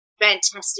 Fantastic